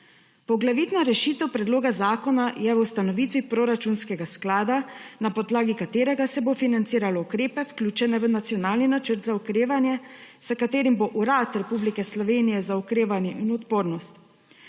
Poglavitna rešitev predloga zakona je v ustanovitvi proračunskega sklada, na podlagi katerega se bo financiralo ukrepe, vključene v nacionalni Načrt za okrevanje, s katerim bo upravljal Urad Republike Slovenije za okrevanje in odpornost.